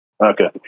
Okay